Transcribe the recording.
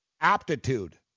aptitude